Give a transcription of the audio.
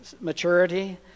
maturity